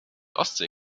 ostsee